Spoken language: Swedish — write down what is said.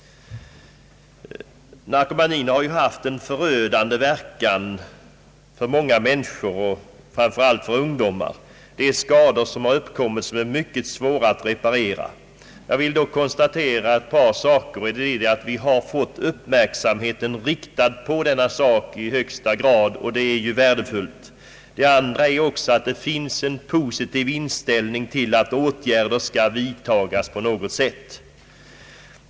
Narkomanin har haft en förödande inverkan för många människor, framför allt för ungdomar, och de skador som uppkommit är mycket svåra att reparera. Jag vill då konstatera ett par saker, nämligen för det första att vi har fått uppmärksamheten riktad på detta problem i högsta grad, och det är ju värdefullt, samt för det andra att det finns en positiv inställning till att åtgärder skall vidtagas på något sätt.